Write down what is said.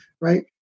right